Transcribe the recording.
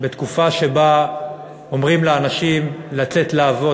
בתקופה שבה אומרים לאנשים לצאת לעבוד,